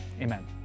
Amen